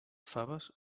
faves